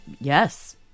yes